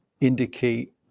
indicate